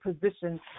position